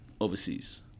overseas